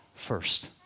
first